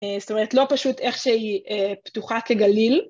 זאת אומרת, לא פשוט איך שהיא פתוחה כגליל.